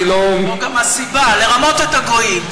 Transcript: הסיבה לרמות את הגויים.